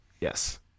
Yes